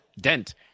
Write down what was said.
dent